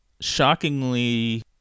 Shockingly